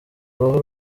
uruhu